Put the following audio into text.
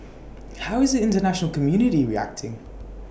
how is the International community reacting